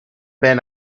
been